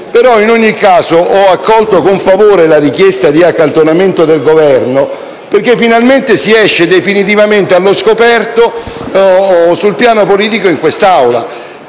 In ogni caso, ho accolto con favore la richiesta di accantonamento avanzata dal Governo, perché finalmente si esce definitivamente allo scoperto sul piano politico in quest'Aula.